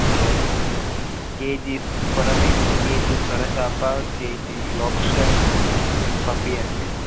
KG కొరమీను KG సొరచాప KG lobster పంపించండి